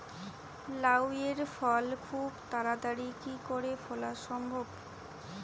লাউ এর ফল খুব তাড়াতাড়ি কি করে ফলা সম্ভব?